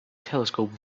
telescope